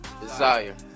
Desire